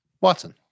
Watson